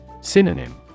Synonym